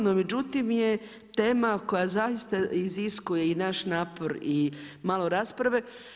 No međutim je tema koja zaista iziskuje i naš napor i malo rasprave.